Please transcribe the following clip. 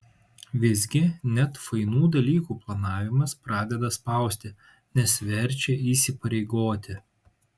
visgi net fainų dalykų planavimas pradeda spausti nes verčia įsipareigoti